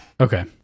Okay